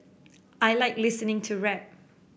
I like listening to rap